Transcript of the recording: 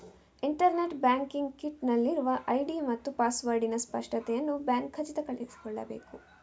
internet banking kit ನಲ್ಲಿರುವ ID ಮತ್ತು ಪಾಸ್ವರ್ಡಿನ ಸ್ಪಷ್ಟತೆಯನ್ನು ಬ್ಯಾಂಕ್ ಖಚಿತಪಡಿಸಿಕೊಳ್ಳಬೇಕು